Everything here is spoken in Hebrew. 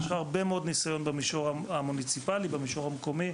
יש לך הרבה מאוד ניסיון במישור המוניציפלי והמקומי,